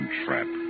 trap